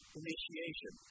initiation